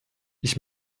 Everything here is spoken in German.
ich